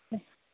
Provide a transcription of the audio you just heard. ம்